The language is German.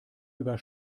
über